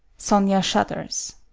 sonia shudders.